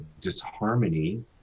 disharmony